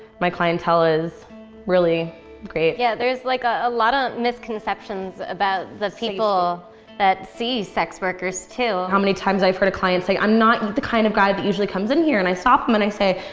my clientele is really great. yeah there's like ah a lot of misconceptions about the people that see sex workers too. how many times i've heard a client say, i'm not the kind of guy that but usually comes in here. and i stop em and i say,